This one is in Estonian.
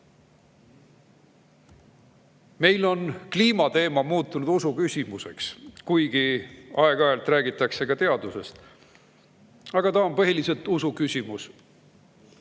tee. Meil on kliimateema muutunud usuküsimuseks, kuigi aeg-ajalt räägitakse ka teadusest. Aga see on põhiliselt usuküsimus.